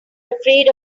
afraid